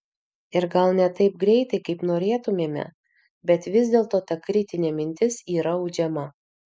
ir gal ne taip greitai kaip norėtumėme bet vis dėlto ta kritinė mintis yra audžiama